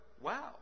wow